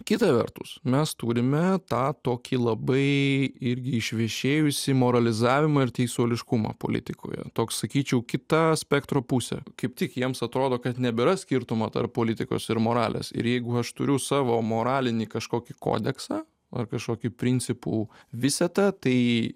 kita vertus mes turime tą tokį labai irgi išvešėjusį moralizavimą ir teisuoliškumą politikoje toks sakyčiau kita spektro pusė kaip tik jiems atrodo kad nebėra skirtumo tarp politikos ir moralės ir jeigu aš turiu savo moralinį kažkokį kodeksą ar kažkokį principų visetą tai